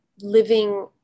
living